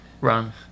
run